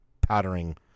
powdering